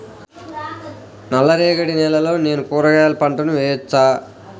నల్ల రేగడి నేలలో నేను కూరగాయల పంటను వేయచ్చా?